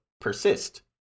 persist